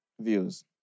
views